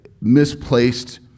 misplaced